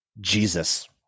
jesus